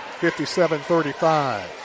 57-35